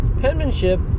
penmanship